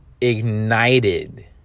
ignited